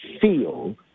feel